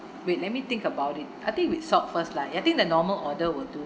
wait let me think about it I think with salt first lah I think the normal order will do